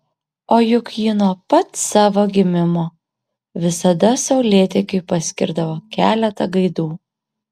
o juk ji nuo pat savo gimimo visada saulėtekiui paskirdavo keletą gaidų